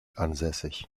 ansässig